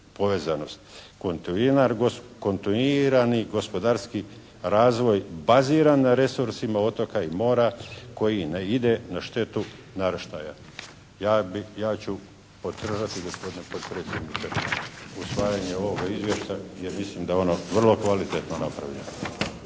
povezanost, kontinuirani gospodarski razvoj baziran na resursima otoka i mora koji ne ide na štetu naraštaja. Ja bi, ja ću podržati gospodine potpredsjedniče usvajanje ovoga Izvješća jer mislim da je ono vrlo kvalitetno napravljeno.